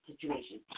situation